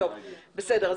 בסדר,